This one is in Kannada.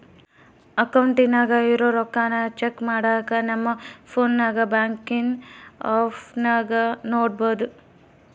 ಅಕೌಂಟಿನಾಗ ಇರೋ ರೊಕ್ಕಾನ ಚೆಕ್ ಮಾಡಾಕ ನಮ್ ಪೋನ್ನಾಗ ಬ್ಯಾಂಕಿನ್ ಆಪ್ನಾಗ ನೋಡ್ಬೋದು